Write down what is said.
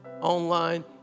online